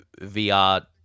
VR